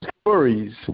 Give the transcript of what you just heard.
stories